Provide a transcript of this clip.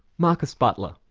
marcus butler.